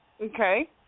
Okay